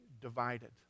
divided